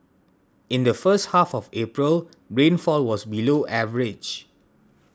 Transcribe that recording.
in the first half of April rainfall was below average